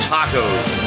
Tacos